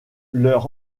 leur